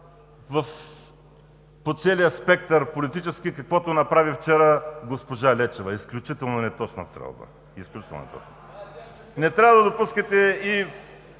по целия политически спектър, каквото направи вчера госпожа Лечева. Изключително неточна стрелба, изключително неточна! Не трябва да допускате и